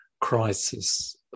crisis